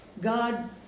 God